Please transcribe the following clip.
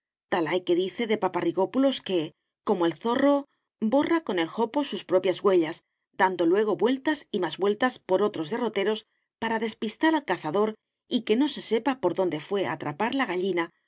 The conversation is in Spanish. tal hay que dice de paparrigópulos que como el zorro borra con el jopo sus propias huellas dando luego vueltas y más vueltas por otros derroteros para despistar al cazador y que no se sepa por dónde fué a atrapar la gallina